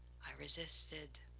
i resisted,